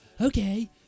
Okay